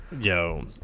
Yo